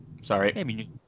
Sorry